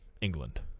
England